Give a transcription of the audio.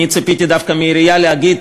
אני ציפיתי דווקא מהעירייה להגיד: